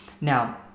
Now